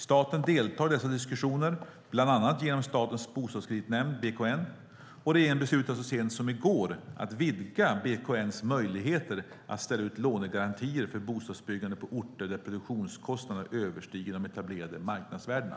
Staten deltar i dessa diskussioner bland annat genom Statens bostadskreditnämnd, BKN. Regeringen beslutade så sent som i går att vidga BKN:s möjligheter att ställa ut lånegarantier för bostadsbyggande på orter där produktionskostnaderna överstiger de etablerade marknadsvärdena.